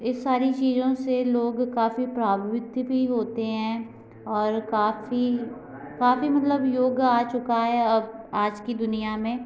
इस सारी चीजों से लोग काफी प्रभावित भी होते हैं और काफी काफी मतलब युग आ चुका है अब आज की दुनिया में